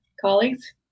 colleagues